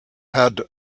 had